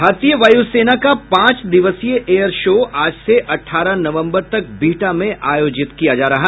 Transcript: भारतीय वायू सेना का पांच दिवसीय एयर शो आज से अठारह नवम्बर तक बिहटा में आयोजित होगा